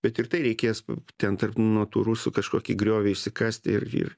bet ir tai reikės ten tarp nuo tų rusų kažkokį griovį išsikast ir ir